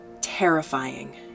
terrifying